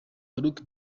faruku